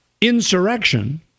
insurrection